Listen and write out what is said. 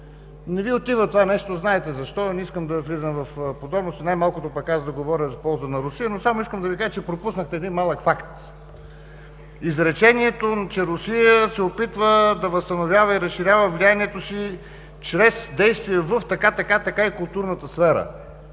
Не Ви отива това нещо, знаете защо, не искам да влизам в подробности. Най-малкото пък аз да говоря в полза на Русия, но само искам да Ви кажа, че пропуснахте един малък факт – изречението, че Русия се опитва да възстановява и разширява влиянието си чрез действия в така, така, така… и културната сфера.